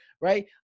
Right